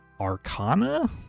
arcana